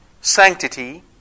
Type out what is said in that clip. sanctity